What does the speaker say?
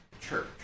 church